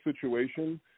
situation